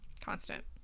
Constant